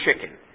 chicken